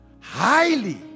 highly